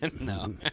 No